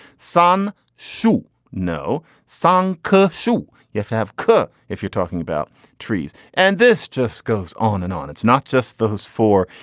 sun shoot. no song could shoot. if have could if you're talking about trees and this just goes on and on. it's not just those four.